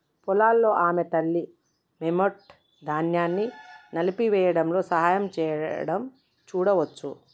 పొలాల్లో ఆమె తల్లి, మెమ్నెట్, ధాన్యాన్ని నలిపివేయడంలో సహాయం చేయడం చూడవచ్చు